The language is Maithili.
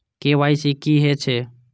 के.वाई.सी की हे छे?